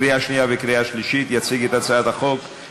עברה בקריאה שנייה ובקריאה שלישית, כולל התיקונים.